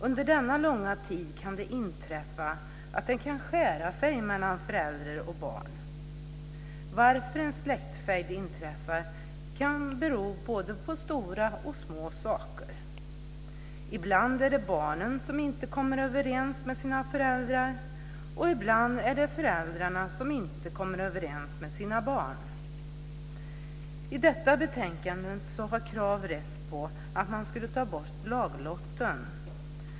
Under denna långa tid kan det inträffa att det skär sig mellan föräldrar och barn. Att en släktfejd inträffar kan bero på både stora och små saker. Ibland är det barnen som inte kommer överens med sina föräldrar, och ibland är det föräldrarna som inte kommer överens med sina barn. I en motion som behandlas i detta betänkande har krav rests på att laglotten ska tas bort.